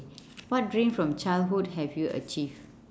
what dream from childhood have you achieved